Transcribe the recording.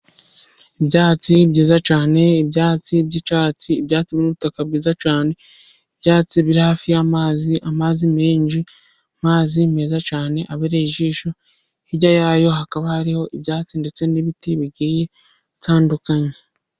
Ibyatsi byiza cyane, ibyatsi by'icyatsi, ibyatsi n'ubutaka bwiza cyane, ibyatsi biri hafi y'amazi, amazi menshi, amazi meza cyane, abereye ijisho, hirya yayo hakaba hariho ibyatsi ndetse n'ibiti bigiye bitandukanye.